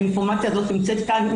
האינפורמציה הזאת נמצאת כאן,